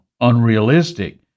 unrealistic